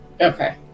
Okay